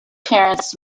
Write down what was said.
parents